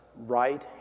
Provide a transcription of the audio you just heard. right